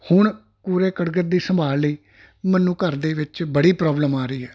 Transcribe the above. ਹੁਣ ਕੂੜੇ ਕਰਕਟ ਦੀ ਸੰਭਾਲ ਲਈ ਮੈਨੂੰ ਘਰ ਦੇ ਵਿੱਚ ਬੜੀ ਪ੍ਰੋਬਲਮ ਆ ਰਹੀ ਹੈ